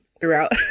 Throughout